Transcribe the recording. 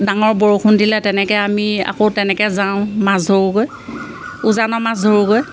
ডাঙৰ বৰষুণ দিলে তেনেকে আমি আকৌ তেনেকে যাওঁ মাছ ধৰোগৈ উজানৰ মাছ ধৰোগৈ